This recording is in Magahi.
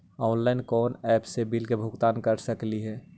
ऑनलाइन कोन एप से बिल के भुगतान कर सकली ही?